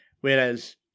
Whereas